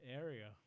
area